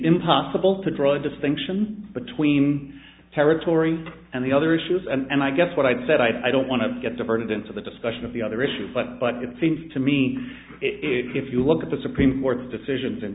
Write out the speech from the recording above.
impossible to draw a distinction between territory and the other issues and i guess what i've said i don't want to get diverted into the discussion of the other issues but but it seems to me if you look at the supreme court's decisions in